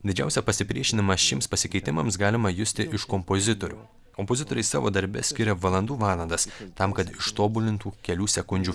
didžiausią pasipriešinimą šiems pasikeitimams galima justi iš kompozitorių kompozitoriai savo darbe skiria valandų valandas tam kad ištobulintų kelių sekundžių